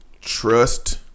Trust